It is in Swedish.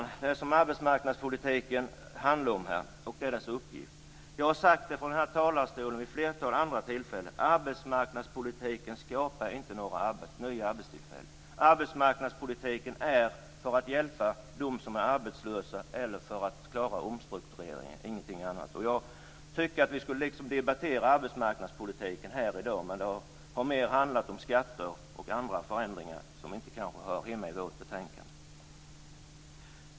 Det är det som arbetsmarknadspolitiken handlar om, och det är det som är dess uppgift. Jag har sagt det från talarstolen vid ett flertal andra tillfällen: Arbetsmarknadspolitiken skapar inte några nya arbetstillfällen. Arbetsmarknadspolitiken är till för att hjälpa dem som är arbetslösa eller för att klara omstruktureringar, ingenting annat. Jag tycker att vi borde diskutera arbetsmarknadspolitiken här i dag, men det har mer handlat om skatter och förändringar som kanske inte hör hemma i vårt betänkande.